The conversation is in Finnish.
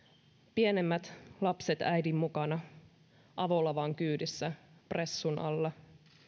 pienemmät lapset äidin mukana avolavan kyydissä pressun alla